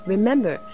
Remember